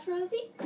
Rosie